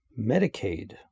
Medicaid